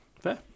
Fair